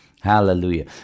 Hallelujah